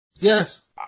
yes